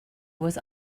was